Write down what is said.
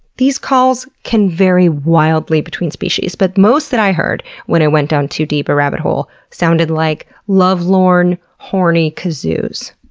these calls can vary wildly between species, but most that i heard when i went down too deep a rabbit hole sounded like lovelorn horny kazoos.